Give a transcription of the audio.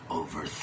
over